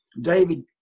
David